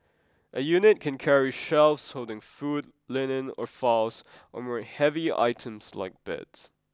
a unit can carry shelves holding food linen or files or move heavy items like beds